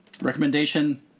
Recommendation